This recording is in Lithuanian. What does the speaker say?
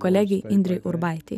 kolegei indrei urbaitei